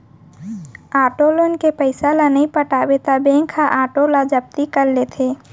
auto loan के पइसा ल नइ पटाबे त बेंक ह आटो ल जब्ती कर लेथे